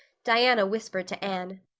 diana whispered to anne,